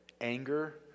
anger